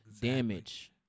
damage